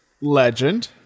legend